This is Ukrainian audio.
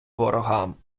ворогам